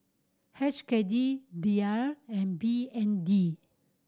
H K D Riel and B N D